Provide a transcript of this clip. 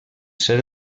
ser